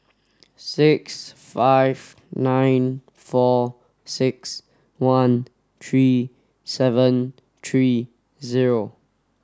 six five nine four six one three seven three zero